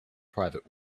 private